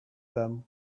them